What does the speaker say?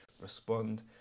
respond